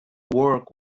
work